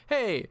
Hey